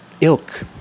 ilk